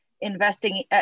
investing